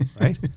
right